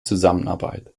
zusammenarbeit